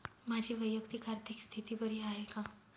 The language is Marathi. माझी वैयक्तिक आर्थिक स्थिती बरी आहे का?